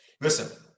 Listen